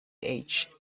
age